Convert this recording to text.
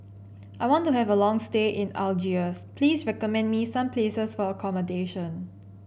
I want to have a long stay in Algiers please recommend me some places for accommodation